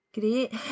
Great